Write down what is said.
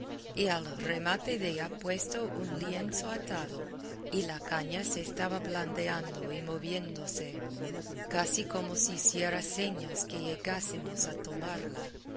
y al remate della puesto un lienzo atado y la caña se estaba blandeando y moviéndose casi como si hiciera señas que llegásemos a tomarla